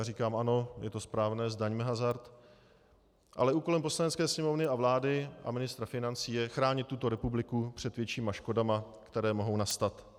Říkám ano, je to správné, zdaňme hazard, ale úkolem Poslanecké sněmovny, vlády a ministra financí je chránit tuto republiku před většími škodami, které mohou nastat.